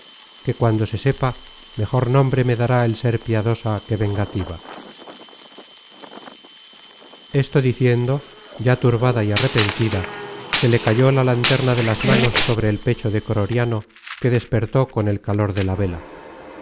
que cuando se sepa mejor nombre me dará el ser piadosa que vengativa esto diciendo ya turbada y arrepentida se le cayó la lanterna de las manos sobre el pecho de croriano que despertó con el calor de la vela